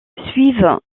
suivent